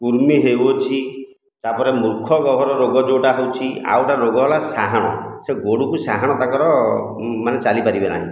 କୁର୍ମି ହେଉଅଛି ତାପରେ ମୁଖଗହ୍ଵର ରୋଗ ଯେଉଁଟା ହେଉଛି ଆଉ ଗୋଟିଏ ରୋଗ ହେଲା ସାହାଣ ସେ ଗୋରୁକୁ ସାହାଣ ତାଙ୍କର ମାନେ ଚାଲି ପାରିବେ ନାହିଁ